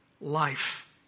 life